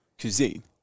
cuisine